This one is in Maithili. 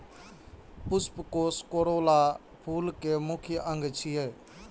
पुष्पकोष कोरोला फूल के मुख्य अंग छियै